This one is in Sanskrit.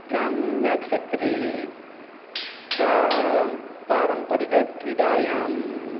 ग्राम्यक्षेत्रे प्रां पारम्परिकक्रीडायां